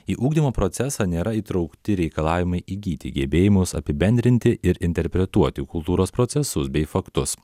į ugdymo procesą nėra įtraukti reikalavimai įgyti gebėjimus apibendrinti ir interpretuoti kultūros procesus bei faktus